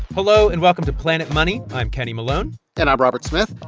hello, and welcome to planet money. i'm kenny malone and i'm robert smith.